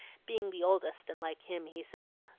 being the oldest, and like him, he said.